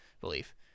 belief